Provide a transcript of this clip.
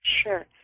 Sure